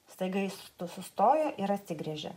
staiga jis sustojo ir atsigręžė